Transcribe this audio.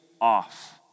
off